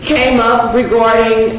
came up regarding